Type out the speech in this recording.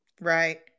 Right